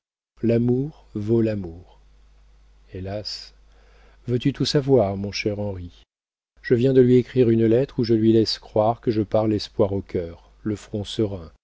l'amour vaut l'amour hélas veux-tu tout savoir mon cher henri je viens de lui écrire une lettre où je lui laisse croire que je pars l'espoir au cœur le front serein